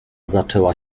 zaczęła